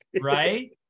right